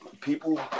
people